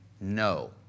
no